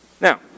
Now